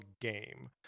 game